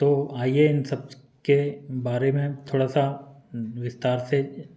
तो आइए इन सब के बारे में थोड़ा सा विस्तार से